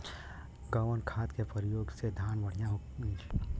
कवन खाद के पयोग से धान बढ़िया होई?